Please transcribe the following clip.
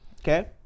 okay